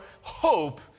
hope